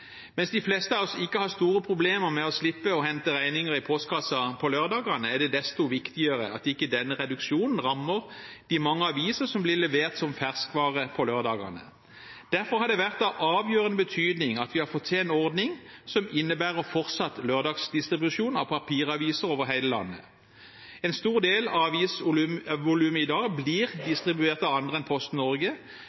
Mens de fleste av oss ikke har store problemer med å slippe å hente regninger i postkassen på lørdagene, er det desto viktigere at ikke denne reduksjonen rammer de mange aviser som blir levert som ferskvare på lørdagene. Derfor har det vært av avgjørende betydning at vi har fått til en ordning som innebærer fortsatt lørdagsdistribusjon av papiraviser over hele landet. En stor del av avisvolumet i dag blir distribuert av andre enn Posten Norge,